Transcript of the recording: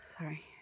Sorry